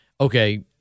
okay